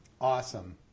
Awesome